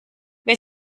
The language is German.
wer